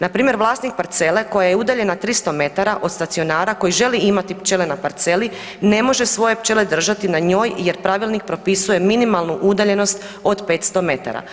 Npr. vlasnik parcele koja je udaljena 300 m od stacionara koji želi imati pčele na parceli, ne može svoje pčele držati na njoj jer pravilnik propisuje minimalnu udaljenost od 500 metara.